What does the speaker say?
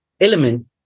Element